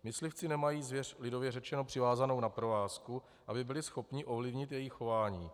Myslivci nemají zvěř, lidově řečeno, přivázanou na provázku, aby byli schopni ovlivnit její chování.